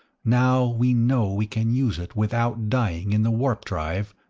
now we know we can use it without dying in the warp-drive.